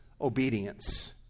obedience